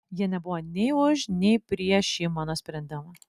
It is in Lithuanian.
jie nebuvo nei už nei prieš šį mano sprendimą